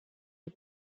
les